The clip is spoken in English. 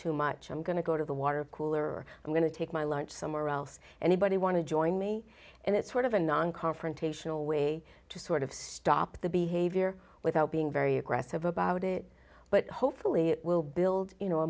too much i'm going to go to the water cooler or i'm going to take my lunch somewhere else anybody want to join me and it's sort of a non confrontational way to sort of stop the behavior without being very aggressive about it but hopefully it will build you know a